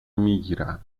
میگیرم